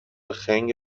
خنگ